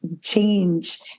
change